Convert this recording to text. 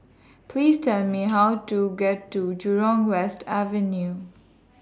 Please Tell Me How to get to Jurong West Avenue